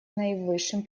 наивысшим